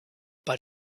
but